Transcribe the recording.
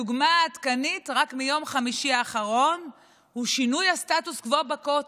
הדוגמה העדכנית רק מיום חמישי האחרון היא שינוי הסטטוס קוו בכותל.